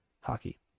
Hockey